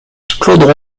claude